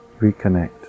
reconnect